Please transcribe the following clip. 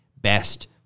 best